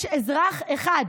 יש אזרח אחד,